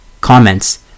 Comments